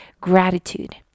gratitude